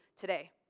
today